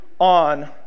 on